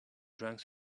drank